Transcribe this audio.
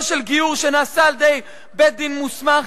של גיור שנעשה על-ידי בית-דין מוסמך,